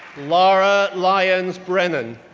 lara lyons brennan,